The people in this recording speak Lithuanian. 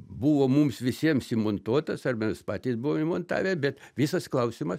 buvo mums visiems įmontuotas arba patys buvom įmontavę bet visas klausimas